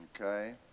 Okay